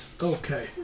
Okay